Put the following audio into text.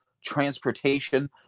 transportation